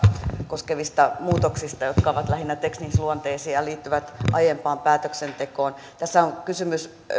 koskevista muutoksista jotka ovat lähinnä teknisluonteisia ja liittyvät aiempaan päätöksentekoon tässä on kysymys